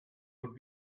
would